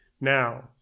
Now